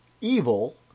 Evil